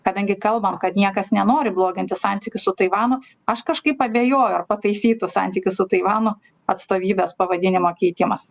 kadangi kalbam kad niekas nenori bloginti santykių su taivanu aš kažkaip abejoju ar pataisytų santykius su taivanu atstovybės pavadinimo keitimas